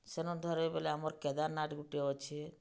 ସେନ ଧର୍ବେ ବେଲେ ଆମର୍ କେଦାର୍ନାଥ୍ ଗୁଟେ ଅଛେ